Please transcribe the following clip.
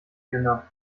jünger